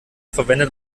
verwendet